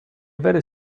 very